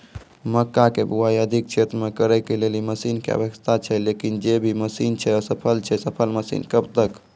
मक्का के बुआई अधिक क्षेत्र मे करे के लेली मसीन के आवश्यकता छैय लेकिन जे भी मसीन छैय असफल छैय सफल मसीन कब तक?